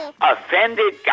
offended